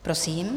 Prosím.